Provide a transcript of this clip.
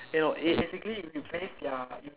eh no eh